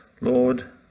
Lord